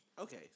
Okay